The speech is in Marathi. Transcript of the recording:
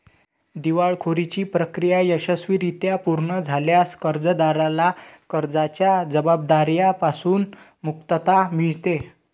दिवाळखोरीची प्रक्रिया यशस्वीरित्या पूर्ण झाल्यास कर्जदाराला कर्जाच्या जबाबदार्या पासून मुक्तता मिळते